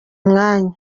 umwanya